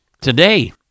today